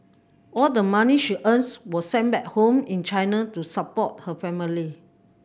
all the money she earns was sent back home in China to support her family